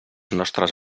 nostres